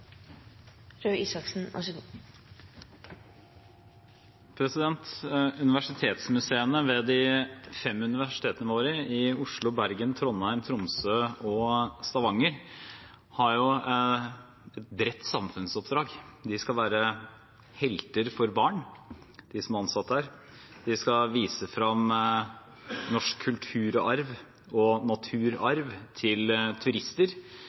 Universitetsmuseene ved de fem universitetene våre i Oslo, Bergen, Trondheim, Tromsø og Stavanger har et bredt samfunnsoppdrag: De som er ansatt der, skal være helter for barn. De skal vise frem norsk kulturarv og naturarv til turister,